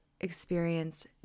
experienced